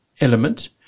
element